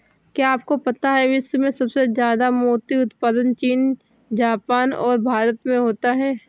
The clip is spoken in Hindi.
क्या आपको पता है विश्व में सबसे ज्यादा मोती उत्पादन चीन, जापान और भारत में होता है?